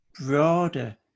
broader